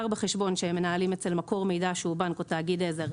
בחשבון שהם מנהלים אצל מקור מידע שהוא בנק או תאגיד עזר,